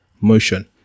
motion